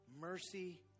Mercy